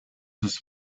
his